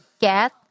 get